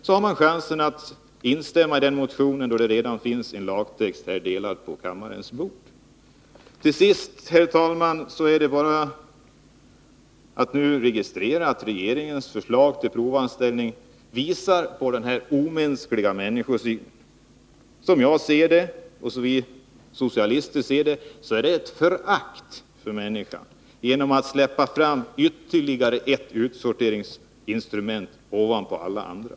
Man har emellertid chansen att vid voteringen instämma i vårt yrkande med anledning av motion 330, vilket innehåller ett förslag till lagtext. Herr talman! Till sist är det bara att registrera att regeringens förslag till provanställning visar denna omänskliga människosyn. Som jag och vi socialister ser det visar man ett förakt för människan genom att släppa fram ytterligare ett utsorteringsinstrument ovanpå alla andra.